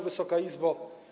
Wysoka Izbo!